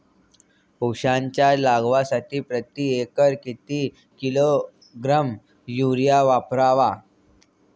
उसाच्या लागवडीसाठी प्रति एकर किती किलोग्रॅम युरिया वापरावा?